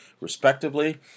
respectively